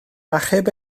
achub